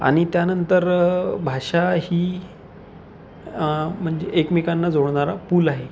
आणि त्यानंतर भाषा ही म्हणजे एकमेकांना जोडणारा पूल आहे